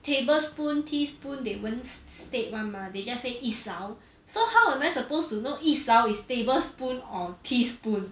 tablespoon teaspoon they won't state [one] mah they just say 一勺 so how am I supposed to know 一勺 is tablespoon or teaspoon